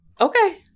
Okay